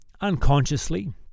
unconsciously